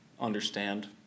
understand